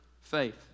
faith